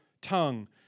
tongue